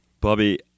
Bobby